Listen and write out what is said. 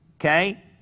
okay